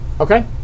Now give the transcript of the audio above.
Okay